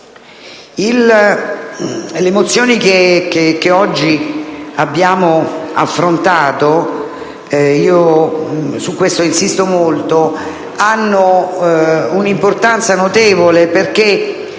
le mozioni che oggi abbiamo affrontato - su questo insisto molto - hanno un'importanza notevole, perché